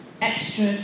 extra